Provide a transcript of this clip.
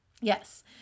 Yes